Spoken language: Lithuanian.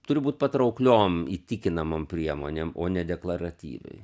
turi būti patraukliom įtikinamom priemonėm o ne deklaratyviai